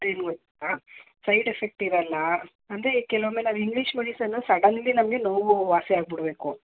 side effect ಇರೋಲ್ಲ ಅಂದರೆ ಕೆಲವೊಮ್ಮೆ ನಾವು ಇಂಗ್ಲೀಷ್ ಮೆಡಿಸನ್ನು ಸಡನ್ಲಿ ನಮಗೆ ನೋವು ವಾಸಿ ಆಗಿ ಬಿಡ್ಬೇಕು